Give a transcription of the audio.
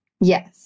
yes